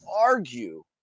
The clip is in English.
argue